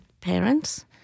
parents